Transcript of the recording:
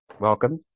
welcome